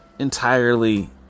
entirely